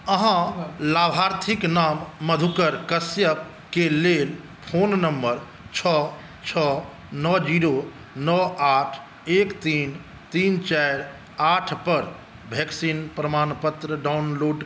अहाँ लाभार्थिके नाम मधुकर कश्यपके लेल फोन नम्बर छओ छओ नओ जीरो नओ आठ एक तीन तीन चारि आठ पर भेक्सीन प्रमाणपत्र डाउनलोड